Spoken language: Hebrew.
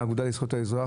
מן האגודה לזכויות האזרח,